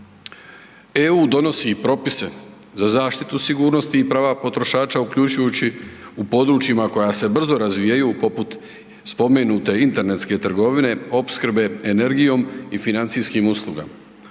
EU donosi propise za zaštitu sigurnosti i prava potrošača uključujući u područjima koja se brzo razvijaju poput spomenute internetske trgovine, opskrbe energijom i financijskim uslugama.